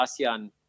ASEAN